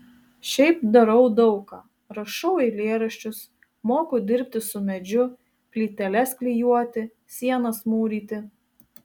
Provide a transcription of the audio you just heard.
šiaip darau daug ką rašau eilėraščius moku dirbti su medžiu plyteles klijuoti sienas mūryti